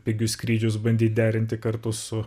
pigius skrydžius bandyt derinti kartu su